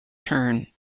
turn